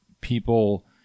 people